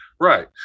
Right